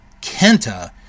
Kenta